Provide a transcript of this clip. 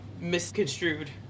misconstrued